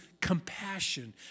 compassion